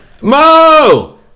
Mo